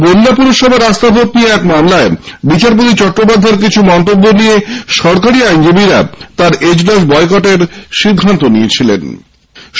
বনগাঁ পুরসভার আস্হা ভোট নিয়ে এক মামলায় বিচারপতি চট্টোপাধ্যায়ের কিছু মন্তব্য নিয়ে সরকারি আইনজীবীরা তাঁর এজলাস বয়কটের সিদ্ধান্ত নিয়েছিলেন